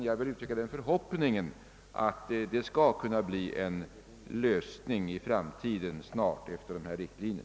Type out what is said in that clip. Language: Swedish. Jag vill uttrycka den förhoppningen, att det skall kunna bli en lösning i framtiden snart efter dessa riktlinjer.